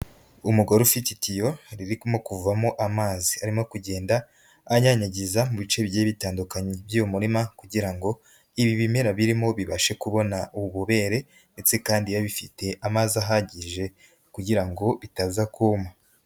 Umugore ufite itiyo ririmo kuvamo amazi arimo kugenda anyanyagiza mu bice bigiye bitandukanye by'uwo murima kugira ngo ibi bimera birimo bibashe kubona ububobere ndetse kandi bibe bifite amazi ahagije kugira ngo bitaza kuma.